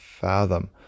fathom